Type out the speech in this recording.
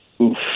Oof